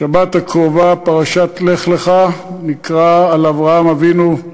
בשבת הקרובה, בפרשת לך לך, נקרא על אברהם אבינו,